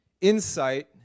insight